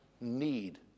need